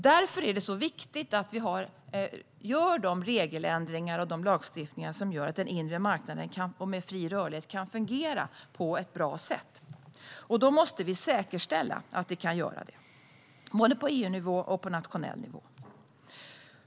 Därför är det så viktigt att vi gör de regeländringar och de ändringar av lagstiftningen som gör att den inre marknaden med fri rörlighet kan fungera på ett bra sätt. Då måste vi säkerställa att vi kan göra det, både på EU-nivå och på nationell nivå.